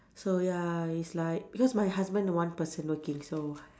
so ya it's like because my husband one person working so